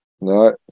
No